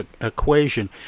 equation